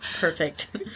perfect